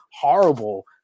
horrible